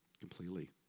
completely